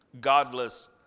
godless